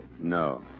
No